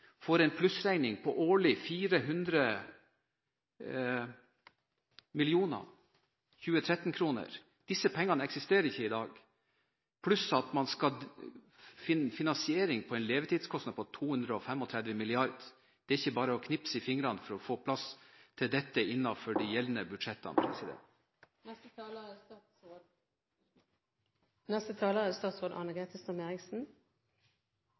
får en plussregning årlig på 400 mill. 2013-kroner. Disse pengene eksisterer ikke i dag. I tillegg skal man finne finansiering på en levetidskostnad på 235 mrd. kr. Det er ikke bare å knipse i fingrene for å få plass til dette innenfor de gjeldende budsjettene. Det er